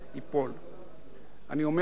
אני אומר פה עכשיו לממשלה הזאת,